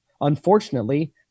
unfortunately